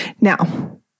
Now